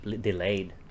delayed